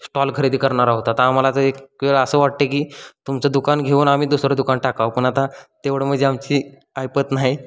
stall खरेदी करणार आहोत आता आम्हाला तर एक वेळ असं वाटते की तुमचं दुकान घेऊन आम्ही दुसरं दुकान टाकावं पण आता तेवढं म्हणजे आमची ऐपत नाही